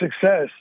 success